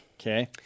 Okay